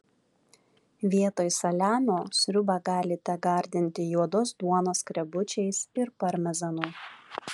vietoj saliamio sriubą galite gardinti juodos duonos skrebučiais ir parmezanu